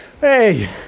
hey